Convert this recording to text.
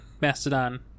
Mastodon